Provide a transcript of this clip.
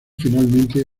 finalmente